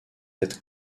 être